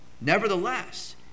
Nevertheless